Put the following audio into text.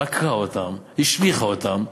עקרה אותם, השליכה אותם,